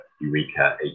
Eureka